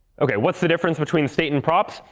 ok, what's the difference between the state and props?